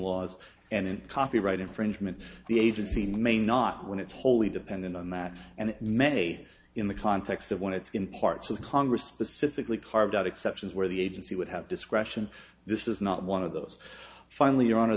laws and copyright infringement the agency may not when it's wholly dependent on that and it may in the context of one it's in parts of congress specifically carved out exceptions where the agency would have discretion this is not one of those finally your honor